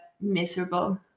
miserable